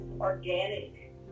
organic